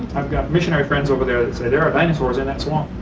i've got missionary friends over there that say there are dinosaurs in that swamp.